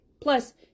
Plus